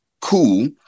cool